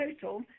total